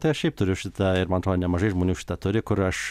tai aš šiaip turiu šitą ir man atrodo nemažai žmonių šitą turi kur aš